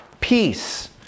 peace